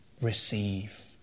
receive